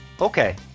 Okay